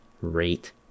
rate